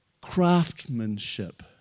craftsmanship